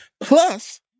plus